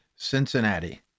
cincinnati